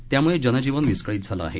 त्याम्ळे जनजीवन विस्कळीत झालं आहे